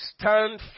stand